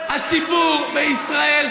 תודה רבה לך.